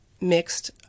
mixed